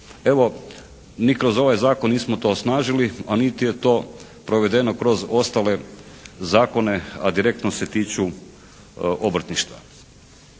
Evo ni kroz ovaj zakon nismo to osnažili, a niti je to provedeno kroz ostale zakone a direktno se tiču obrtništva.